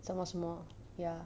什么什么 ya